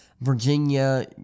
Virginia